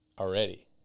Already